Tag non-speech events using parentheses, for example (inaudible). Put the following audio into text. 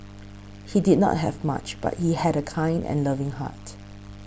(noise) he did not have much but he had a kind and loving heart